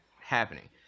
happening